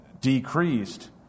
decreased